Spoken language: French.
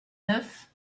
neuf